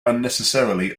unnecessarily